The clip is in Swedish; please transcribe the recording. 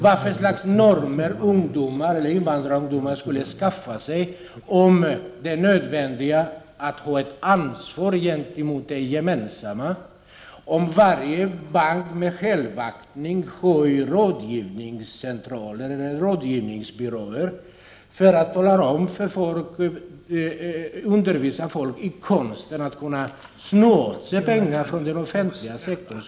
Vad för slags normer kan invandrarungdomar skaffa sig när det gäller det nödvändiga i att ta ett ansvar gentemot det gemensamma, om varje bank med självaktning har rådgivningsbyråer för att undervisa människor i konsten att sno åt sig så mycket pengar som möjligt från den offentliga sektorn?